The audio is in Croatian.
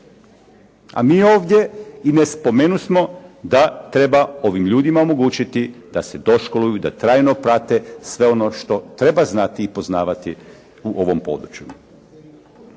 A mi ovdje i ne spomenusmo da treba ovim ljudima omogućiti da se doškoluju i da trajno prate sve ono što treba znati poznavati u ovom području.